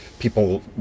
people